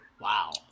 Wow